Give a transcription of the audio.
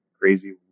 crazy